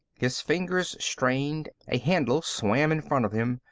his fingers strained, a handle swam in front of him.